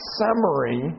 summary